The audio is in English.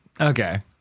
Okay